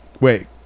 Wait